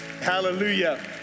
Hallelujah